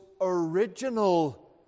original